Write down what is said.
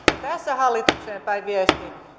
tästä hallitukseen päin viesti